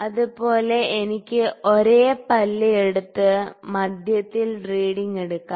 അതുപോലെ എനിക്ക് ഒരേ പല്ല് എടുത്ത് മധ്യത്തിൽ റീഡിങ് എടുക്കാം